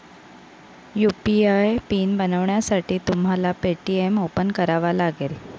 UPI pin बनवण्यासाठी तुम्हाला Paytm open करावा लागेल